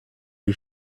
die